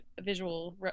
visual